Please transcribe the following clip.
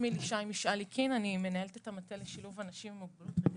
אני מנהלת את המטה לשילוב אנשים עם מוגבלות.